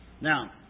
Now